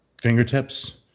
fingertips